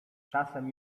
czasem